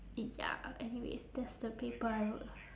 ya anyways that's the paper I wrote lah